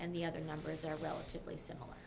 and the other numbers are relatively similar